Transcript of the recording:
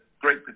great